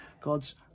God's